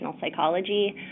psychology